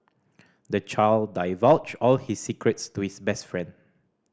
the child divulged all his secrets to his best friend